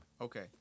Okay